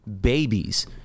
babies